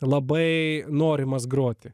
labai norimas groti